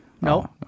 No